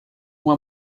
uma